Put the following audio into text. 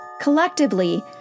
Collectively